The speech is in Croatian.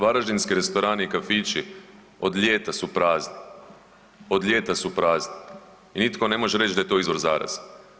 Varaždinski restorani i kafići od ljeta su prazni, od ljeta su prazni i nitko ne može reći da to izvor zaraze.